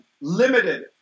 Limited